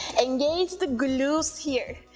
engage the glutes here,